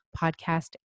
Podcast